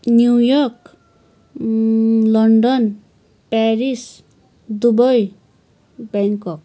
new York London Paris Dubai Bangkok